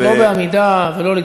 חבר הכנסת חזן, לא בעמידה ולא להתפרץ.